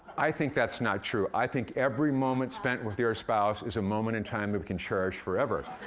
i think that's not true. i think every moment spent with your spouse is a moment in time that we can cherish forever,